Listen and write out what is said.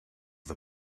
the